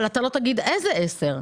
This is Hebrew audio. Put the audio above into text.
אבל אתה לא תגיד איזה עשר.